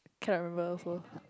can't remember also